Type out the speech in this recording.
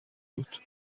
بود